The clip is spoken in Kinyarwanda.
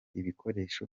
ibikoresho